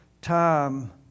time